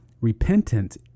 Repentance